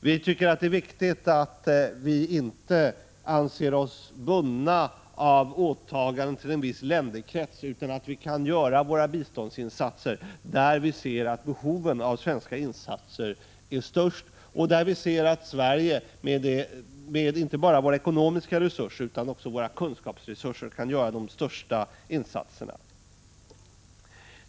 Vi tycker att det är viktigt att vi inte anser oss bundna av åtaganden till en viss länderkrets utan att vi kan göra våra biståndsinsatser där vi ser att behoven av svenska insatser är störst och där vi ser att Sverige, inte bara med hänsyn till våra ekonomiska resurser utan också med hänsyn till våra kunskapsresurser, kan göra de största insatserna.